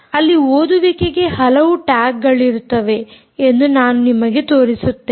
ಅಲ್ಲಿ ಓದುವಿಕೆಗೆ ಹಲವು ಟ್ಯಾಗ್ಗಳಿರುತ್ತವೆ ಎಂದು ನಾನು ನಿಮಗೆ ತೋರಿಸುತ್ತೇನೆ